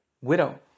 Widow